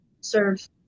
serve